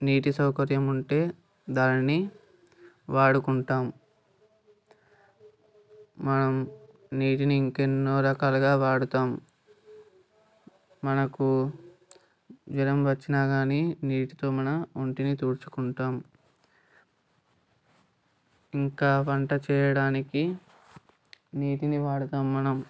నీటి సౌకర్యం ఉంటే దానిని వాడుకుంటాము మనం నీటిని ఇంకెన్నో రకాలుగా వాడుతాము మనకు జ్వరం వచ్చినా కానీ నీటితో మన ఒంటిని తుడుచుకుంటాము ఇంకా వంట చేయడానికి నీటిని వాడతాము మనం